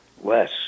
less